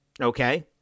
Okay